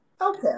Okay